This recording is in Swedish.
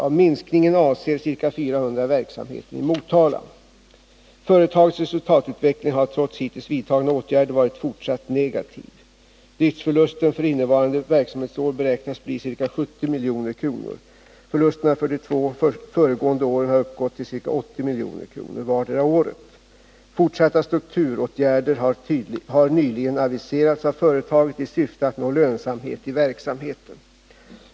Av minskningen avser ca 400 verksamheten i Motala. Företagets resultatutveckling har trots hittills vidtagna åtgärder varit fortsatt negativ. Driftsförlusten för innevarande verksamhetsår beräknas bli ca 70 milj.kr. Förlusterna för de två föregående åren har uppgått till ca 80 milj.kr. vartdera året. Fortsatta strukturåtgärder har nyligen aviserats av företaget i syfte att nå lönsamhet i verksamheten.